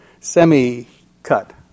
semi-cut